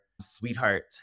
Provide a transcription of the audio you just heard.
sweetheart